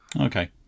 Okay